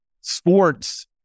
sports